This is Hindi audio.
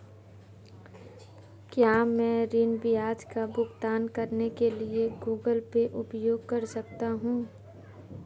क्या मैं ऋण ब्याज का भुगतान करने के लिए गूगल पे उपयोग कर सकता हूं?